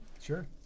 Sure